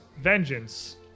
vengeance